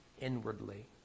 inwardly